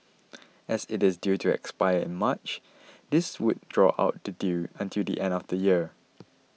as it is due to expire in March this would draw out the deal until the end of next year